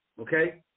Okay